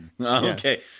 Okay